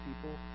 people